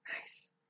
Nice